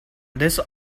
this